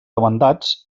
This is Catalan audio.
demandats